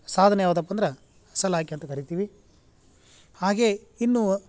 ಸಾಧನ ಯಾವುದಪ್ಪ ಅಂದ್ರೆ ಸಲಾಕೆ ಅಂತ ಕರಿತೀವಿ ಹಾಗೆ ಇನ್ನೂ